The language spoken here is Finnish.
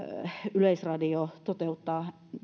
yleisradio toteuttaa